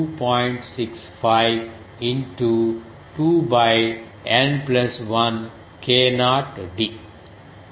65 into 2 by N plus 1 k0 d 2